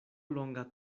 longa